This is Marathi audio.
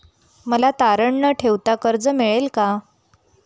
मला तारण न ठेवता कर्ज मिळेल का?